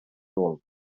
nul